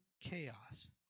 chaos